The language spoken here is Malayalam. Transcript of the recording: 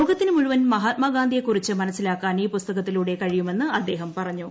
ലോകത്തിന് മുഴുവൻ മഹാത്മാഗാന്ധിയെക്കുറിച്ച് മനസ്സിലാക്കാൻ ഈ പുസ്തകത്തിലൂടെ കഴിയുമെന്ന് അദ്ദേഹം പറഞ്ഞു